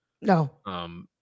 No